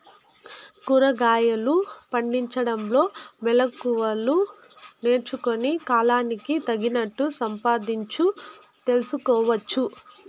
కూరగాయలు పండించడంలో మెళకువలు నేర్చుకుని, కాలానికి తగినట్లు సంపాదించు తెలుసుకోవచ్చు